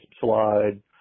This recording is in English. slide